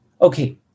Okay